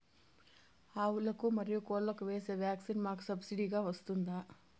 ఆవులకు, మరియు కోళ్లకు వేసే వ్యాక్సిన్ మాకు సబ్సిడి గా వస్తుందా?